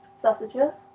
sausages